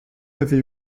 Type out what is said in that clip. avez